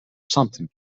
something